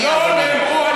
לא נאמרו על-ידי,